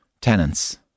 tenants